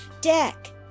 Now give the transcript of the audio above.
deck